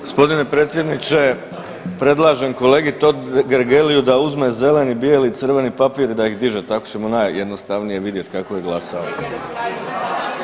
Gospodine predsjedniče, predlažem kolegi Totgergeliu da uzme zeleni, bijeli i crveni papir i da ih diže, tako ćemo najjednostavnije vidjeti kako je glasao.